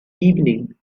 evening